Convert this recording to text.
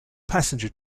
passenger